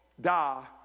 die